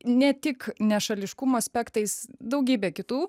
ne tik nešališkumo aspektais daugybė kitų